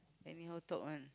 anyhow talk one